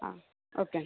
okay అండి